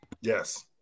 Yes